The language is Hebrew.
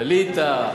דלית,